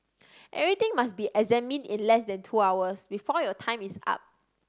everything must be examined in less than two hours before your time is up